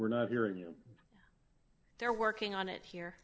we're not hearing you they're working on it here